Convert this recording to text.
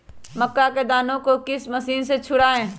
मक्का के दानो को किस मशीन से छुड़ाए?